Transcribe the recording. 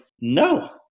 No